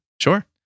sure